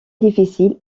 difficile